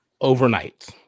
overnight